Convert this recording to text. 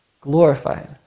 glorified